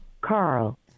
carl